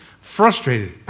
Frustrated